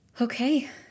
Okay